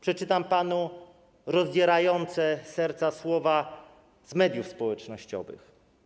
Przeczytam panu rozdzierające serca słowa z mediów społecznościowych: